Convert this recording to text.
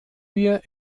wir